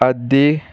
आद्दी